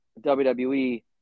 wwe